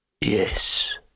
Yes